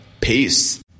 Peace